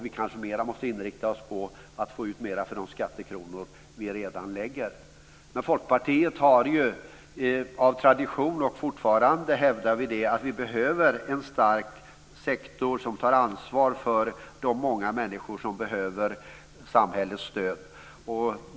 Vi kanske måste inrikta oss mer på att få ut mera av de skattekronor som vi redan lägger. Men Folkpartiet har av tradition hävdat, och det gör vi fortfarande, att vi behöver en stark sektor som tar ansvar för de många människor som behöver samhällets stöd.